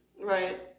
Right